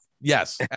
yes